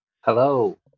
Hello